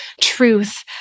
truth